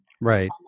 Right